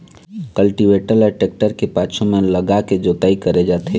cultivator ल tractor के पाछू म लगाके जोतई करे जाथे